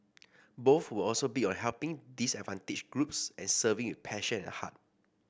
both were also big on helping disadvantaged groups and serving with passion and heart